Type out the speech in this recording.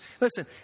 Listen